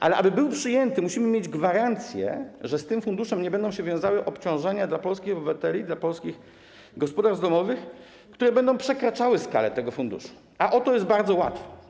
Ale aby był przyjęty, musimy mieć gwarancję, że z tym funduszem nie będą się wiązały obciążenia dla polskich obywateli, dla polskich gospodarstw domowych, które będą przekraczały skalę tego funduszu, a o to jest bardzo łatwo.